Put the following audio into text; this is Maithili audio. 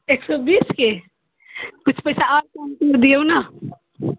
एक सए बीसके किछु पैसा आओर कम करि दऽ दियौ ने